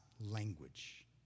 language